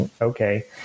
okay